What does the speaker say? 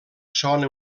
sona